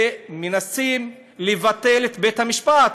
ומנסים לבטל את בית-המשפט,